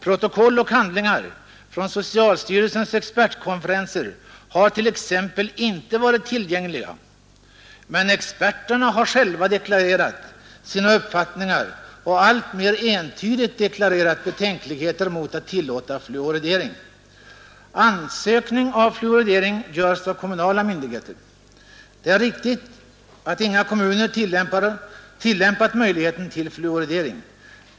Protokoll och handlingar från socialstyrelsens expertkonferenser har t.ex. inte varit tillgängliga. Men experterna har själva deklarerat sina uppfattningar och alltmer entydigt uttalat betänkligheter mot att tillåta fluoridering. Ansökning om fluoridering görs av kommunala myndigheter. Det är riktigt att inga kommuner utnyttjat möjligheten till fluoridering.